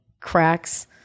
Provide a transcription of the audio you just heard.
cracks